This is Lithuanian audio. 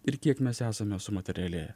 ir kiek mes esame sumaterialėję